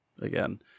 again